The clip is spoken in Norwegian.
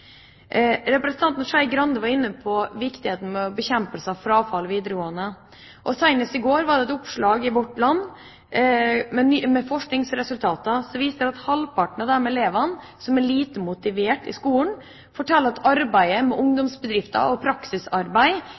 Representanten Skei Grande var inne på viktigheten av å bekjempe frafallet i videregående skole. Senest i går var det et oppslag i Vårt Land med forskningsresultater som viste at halvparten av de elevene som er lite motivert i skolen, forteller at arbeidet med ungdomsbedrifter og praksisarbeid